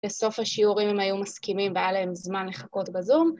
לסוף השיעורים אם היו מסכימים והיה להם זמן לחכות בזום.